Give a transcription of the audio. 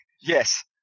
Yes